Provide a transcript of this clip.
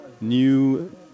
New